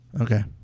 Okay